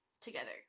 together